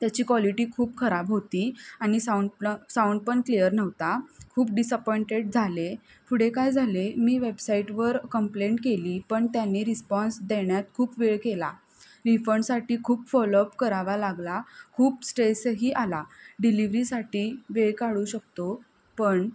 त्याची कॉलिटी खूप खराब होती आणि साऊंड प साऊंड पण क्लिअर नव्हता खूप डिसअपॉइंटेड झाले पुढे काय झाले मी वेबसाईटवर कंप्लेंट केली पण त्यांनी रिस्पॉन्स देण्यात खूप वेळ केला रिफंडसाठी खूप फॉलोअप करावा लागला खूप स्ट्रेसही आला डिलिव्हरीसाठी वेळ काढू शकतो पण